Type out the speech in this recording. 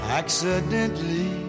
accidentally